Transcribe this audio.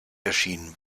erschienen